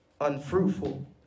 unfruitful